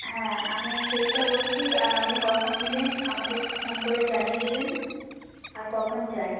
হ্যাঁ আমি চেষ্টা করছি আর আপনি কখন নেবেন আমাকে একটু ফোন করে জানিয়ে দেবেন আর কখন চাই